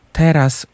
teraz